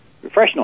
Professional